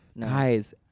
guys